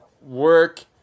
work